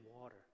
water